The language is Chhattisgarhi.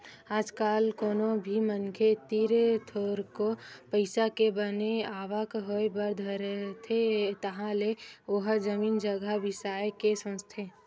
आज कल कोनो भी मनखे तीर थोरको पइसा के बने आवक होय बर धरथे तहाले ओहा जमीन जघा बिसाय के सोचथे